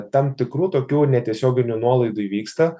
tam tikrų tokių netiesioginių nuolaidų įvyksta